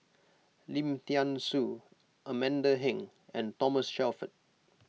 Lim thean Soo Amanda Heng and Thomas Shelford